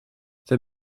they